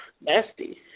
Nasty